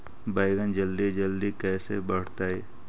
बैगन जल्दी जल्दी कैसे बढ़तै?